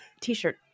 T-shirt